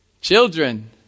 children